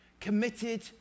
Committed